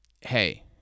Hey